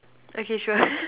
okay sure